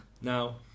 Now